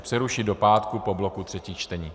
Přerušit do pátek po bloku třetích čtení.